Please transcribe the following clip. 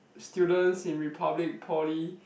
students in Republic Poly